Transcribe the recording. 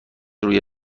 روی